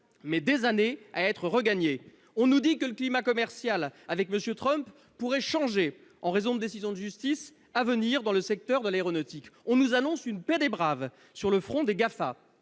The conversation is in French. met des années à être regagnée. On nous dit que le climat commercial avec M. Trump pourrait changer en raison de décisions de justice à venir dans le secteur de l'aéronautique. On nous annonce aussi une paix des braves sur le front des GAFA.